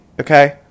Okay